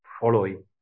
following